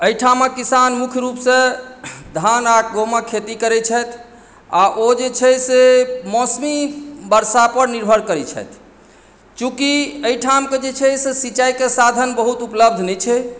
एहिठामक किसान मुख्य रूपसँ धान आ गहूँमक खेती करैत छथि आ ओ जे छै से मौसमी वर्षापर निर्भर करैत छथि चूँकि एहिठामके जे छै से सिंचाइके साधन बहुत उपलब्ध नहि छै